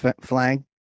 flag